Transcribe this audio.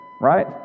right